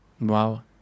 Wow